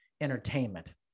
entertainment